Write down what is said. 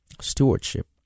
stewardship